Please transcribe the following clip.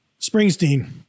Springsteen